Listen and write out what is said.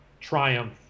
triumph